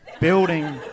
Building